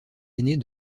aînées